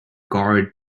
guard